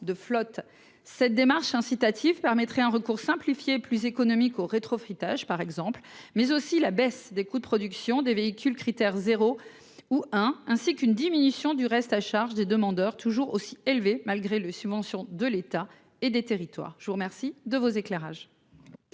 des flottes ? Cette démarche incitative permettrait un recours simplifié et plus économique au rétrofitage, par exemple, mais aussi la baisse des coûts de production des véhicules Crit'Air 0 ou 1 ainsi qu'une diminution du reste à charge des demandeurs, lequel est toujours aussi élevé malgré les subventions de l'État et des territoires. La parole est à M. le ministre.